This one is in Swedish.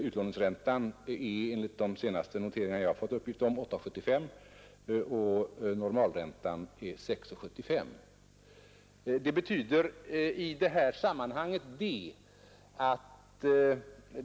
Utlåningsräntan är enligt de senaste noteringar jag har uppgift om 8,75 procent och normalräntan 6,75 procent.